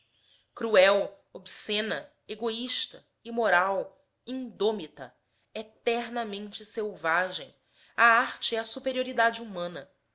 cruel obscena egoísta imoral indômita eternamente selvagem a arte é a superioridade humana